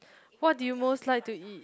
what do you most like to eat